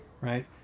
right